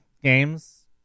games